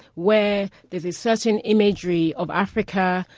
where there's a certain imagery of africa,